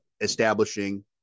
establishing